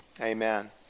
amen